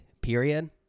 period